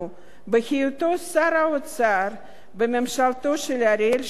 בהיותו שר האוצר בממשלתו של אריאל שרון,